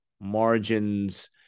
margins